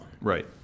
Right